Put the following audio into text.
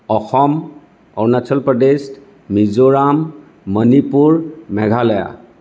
Assam Arunachal Pradesh Mizoram Manipur Meghalaya